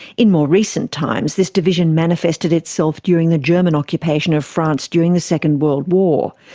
in more recent times, this division manifested itself during the german occupation of france during the second world war.